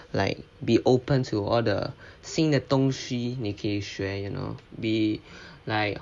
like be open to all the 新的东西你可以学 you know be like